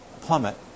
plummet